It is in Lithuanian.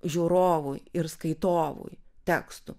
žiūrovui ir skaitovui tekstų